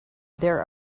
there